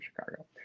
Chicago